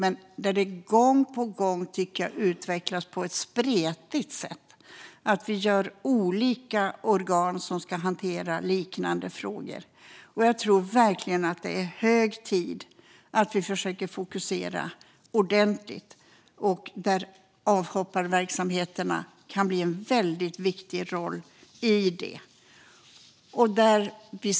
Men jag tycker att utvecklingen gång på gång sker på ett spretigt sätt, där olika organ ska hantera liknande frågor. Jag tror att det är hög tid att vi verkligen försöker fokusera ordentligt, och där kan avhopparverksamheterna få en viktig roll.